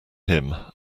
him